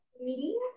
meeting